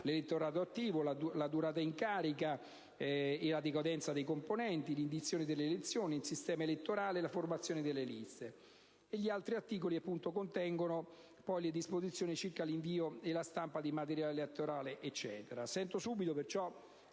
l'elettorato attivo, la durata in carica e la decadenza dei componenti, l'indizione delle elezioni, il sistema elettorale e la formazione delle liste. Gli articoli 14, 15, 16 e 17 contengono disposizioni circa l'invio e la stampa del materiale elettorale, la modalità di